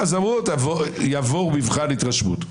אז אמרו: יעבור מבחן התרשמות.